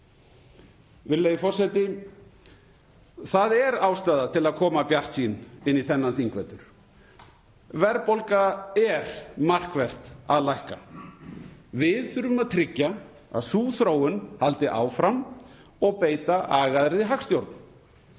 Virðulegi forseti. Það er ástæða til að fara bjartsýn inn í þennan þingvetur. Verðbólga er markvert að lækka. Við þurfum að tryggja að sú þróun haldi áfram og beita agaðri hagstjórn.